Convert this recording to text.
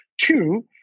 Two